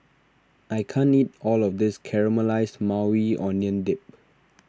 I can't eat all of this Caramelized Maui Onion Dip